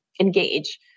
engage-